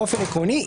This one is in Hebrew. באופן עקרוני,